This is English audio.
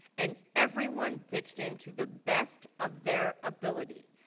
and everyone pitched in to the best of their ability.